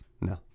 No